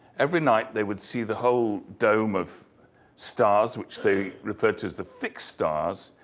every night they would see the whole dome of stars, which they referred to as the thick stars,